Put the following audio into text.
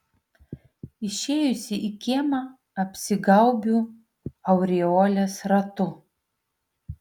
išėjusi į kiemą apsigaubiu aureolės ratu